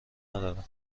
ندارم